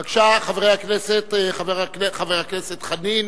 בבקשה, חבר הכנסת חנין,